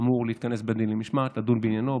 אמור להתכנס בית דין למשמעת לדון בעניינו,